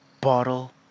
Bottle